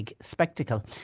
Spectacle